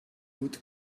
wood